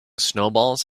snowballs